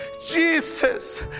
Jesus